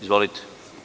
Izvolite.